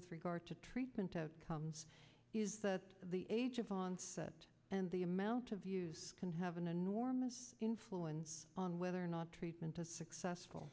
with regard to treatment of comes is that the age of onset and the amount of use can have an enormous influence on whether or not treatment is successful